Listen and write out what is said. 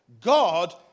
God